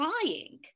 trying